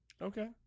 Okay